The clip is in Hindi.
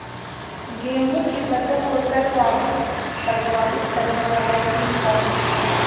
गेहूँ की फसल को सर्वाधिक प्रभावित करने वाला कीट कौनसा है?